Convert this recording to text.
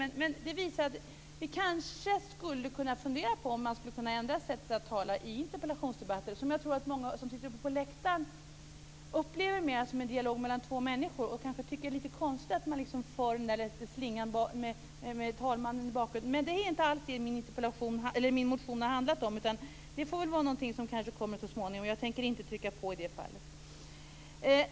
Men det visar att vi kanske skulle kunna fundera på om man skulle kunna ändra sättet att tala i interpellationsdebatter, som jag tror att många som sitter uppe på läktaren upplever mer som en dialog mellan två människor och kanske tycker att det är lite konstigt att man för den där slingan med talmannen i bakgrunden. Men det är inte alls det som min motion handlar om, utan det får bli något som kanske kommer så småningom, och jag tänker inte trycka på i det fallet.